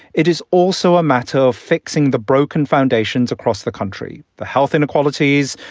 it is also a matter of fixing the broken foundations across the country, the health inequalities,